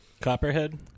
Copperhead